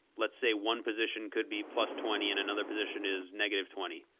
let's say one position could be plus twenty and another position is negative twenty.